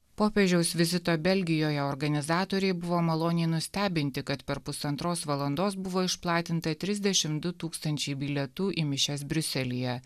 popiežiaus vizito belgijoje organizatoriai buvo maloniai nustebinti kad per pusantros valandos buvo išplatinta trisdešim du tūkstančiai bilietų į mišias briuselyje